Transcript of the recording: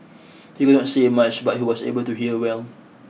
he could not say much but he was able to hear well